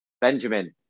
Benjamin